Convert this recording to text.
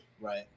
Right